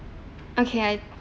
okay I